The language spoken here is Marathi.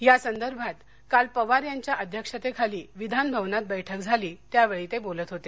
या संदर्भात काल पवार यांच्या अध्यक्षतेखाली विधानभवनात बस्क झाली त्यावेळी ते बोलत होते